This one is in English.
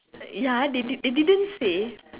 ya they did they didn't say